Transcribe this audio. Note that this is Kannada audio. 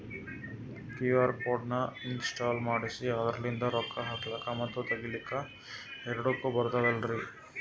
ಕ್ಯೂ.ಆರ್ ಕೋಡ್ ನ ಇನ್ಸ್ಟಾಲ ಮಾಡೆಸಿ ಅದರ್ಲಿಂದ ರೊಕ್ಕ ಹಾಕ್ಲಕ್ಕ ಮತ್ತ ತಗಿಲಕ ಎರಡುಕ್ಕು ಬರ್ತದಲ್ರಿ?